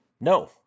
No